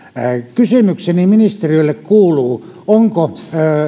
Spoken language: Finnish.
kysymykseni ministerille kuuluu onko